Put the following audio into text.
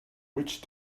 witch